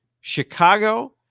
Chicago